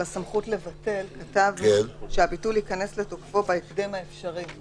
על הסמכות לבטל כתבנו ש "הביטול ייכנס לתוקפו בהקדם האפשרי",